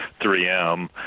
3M